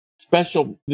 special